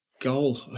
Goal